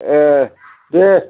ए दे